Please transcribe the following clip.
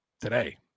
today